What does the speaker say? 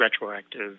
retroactive